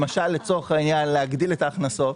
למשל: להגדיל את ההכנסות.